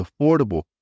affordable